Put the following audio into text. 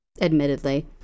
admittedly